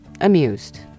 amused